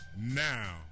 Now